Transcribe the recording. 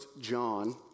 John